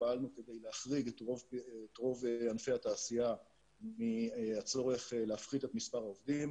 פעלנו כדי להחריג את רוב ענפי התעשייה מהצורך להפחית את מספר העובדים.